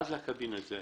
לכל מילה במדינה הזאת